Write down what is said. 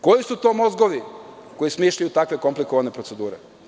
Koji su to mozgovi koji smišljaju takve komplikovane procedure?